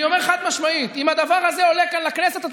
אני אומר חד-משמעית: אם הדבר הזה עולה לכנסת אתם